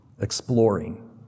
exploring